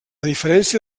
diferència